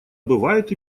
бывают